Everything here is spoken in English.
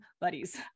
buddies